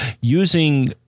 using